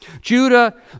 Judah